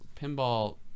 pinball